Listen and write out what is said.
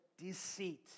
deceit